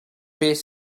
beth